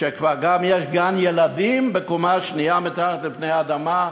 שכבר יש גם גן-ילדים בקומה שנייה מתחת לפני האדמה,